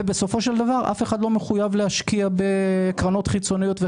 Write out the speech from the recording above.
ובסופו של דבר אף אחד לא מחויב להשקיע בקרנות חיצוניות.